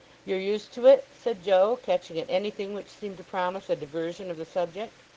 you're used to it said joe, catching at anything which seemed to promise a diversion of the subject.